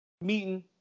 meeting